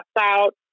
out